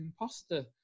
imposter